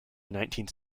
nineteenth